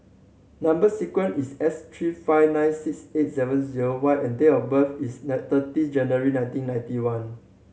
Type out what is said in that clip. number sequence is S three five nine six eight seven zero Y and date of birth is thirty January nineteen ninety one